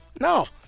No